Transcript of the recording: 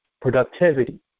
productivity